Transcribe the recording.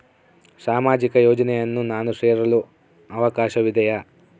ಸಾಮಾಜಿಕ ಯೋಜನೆಯನ್ನು ನಾನು ಸೇರಲು ಅವಕಾಶವಿದೆಯಾ?